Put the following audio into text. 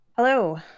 Hello